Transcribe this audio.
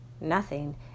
Nothing